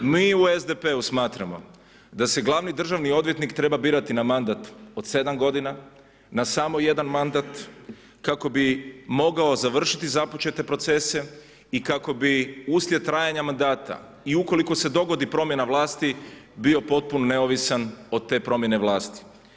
Mi u SDP-u smatramo da se glavni državni odvjetnik treba birati na mandat od 7 godina na samo jedan mandat kako bi mogao završiti započete procese i kako bi uslijed trajanja mandata i ukoliko se dogodi promjena vlasti, bio potpuno neovisan od te promjene vlasti.